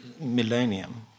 millennium